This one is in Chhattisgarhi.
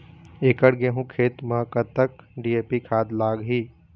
एकड़ गेहूं खेत म कतक डी.ए.पी खाद लाग ही?